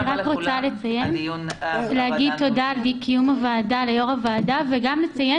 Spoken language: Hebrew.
אני רוצה להגיד תודה על קיום הישיבה ליושבת-ראש הוועדה וגם לציין